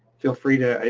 feel free to,